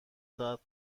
ساعت